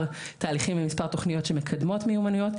תהליכים ומספר תוכניות שמקדמות מיומנויות,